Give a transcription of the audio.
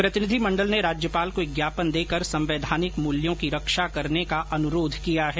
प्रतिनिधिमंडल ने राज्यपाल को एक ज्ञापन देकर संवैधानिक मूल्यों की रक्षा करने का अनुरोध किया है